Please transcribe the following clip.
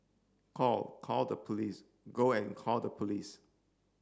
call call the police go and call the police